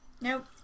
Nope